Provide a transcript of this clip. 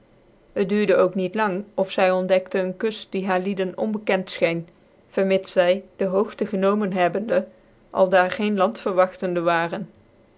het duurde ook niet lang of zy ontdekte ccn ku ft die haar lieden onbekend fchcen vermits zy dc hoogte genomen hebbende aldaar geen land verwarrende waaren